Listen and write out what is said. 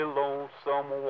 lonesome